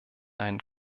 einen